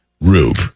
Rube